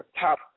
top